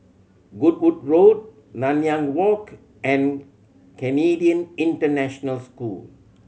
Goodwood Road Nanyang Walk and Canadian International School